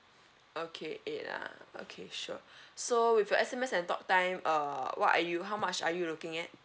okay eight ah okay sure so with your S_M_S and talk time uh what are you how much are you looking at